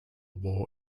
war